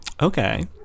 Okay